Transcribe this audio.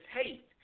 hate